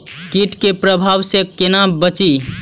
कीट के प्रभाव से कोना बचीं?